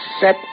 set